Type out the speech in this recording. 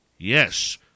Yes